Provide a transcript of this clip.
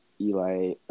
Eli